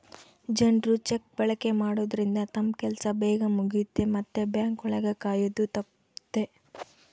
ಜನ್ರು ಚೆಕ್ ಬಳಕೆ ಮಾಡೋದ್ರಿಂದ ತಮ್ ಕೆಲ್ಸ ಬೇಗ್ ಮುಗಿಯುತ್ತೆ ಮತ್ತೆ ಬ್ಯಾಂಕ್ ಒಳಗ ಕಾಯೋದು ತಪ್ಪುತ್ತೆ